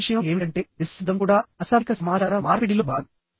చివరి విషయం ఏమిటంటే నిశ్శబ్దం కూడా అశాబ్దిక సమాచార మార్పిడిలో భాగం